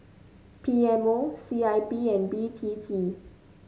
P M O C I B and B T T